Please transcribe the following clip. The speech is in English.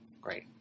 Great